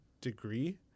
degree